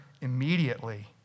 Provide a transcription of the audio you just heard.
immediately